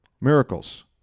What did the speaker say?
miracles